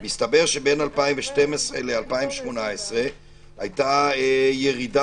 - מסתבר שבין 2012 ל-2018 היתה ירידה